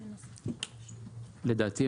לדעתי,